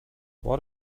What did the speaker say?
what